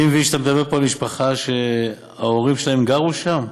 אני מבין שאתה מדבר פה על משפחה שההורים שלהם גרו שם?